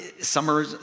summer